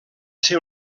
ser